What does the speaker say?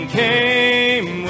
came